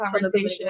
conversation